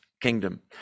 kingdom